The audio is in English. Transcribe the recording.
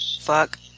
fuck